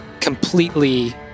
completely